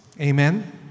Amen